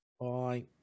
Bye